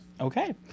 Okay